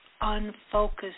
unfocused